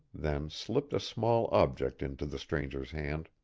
then slipped a small object into the stranger's hand.